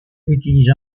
utilise